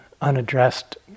unaddressed